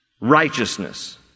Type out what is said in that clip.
righteousness